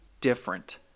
different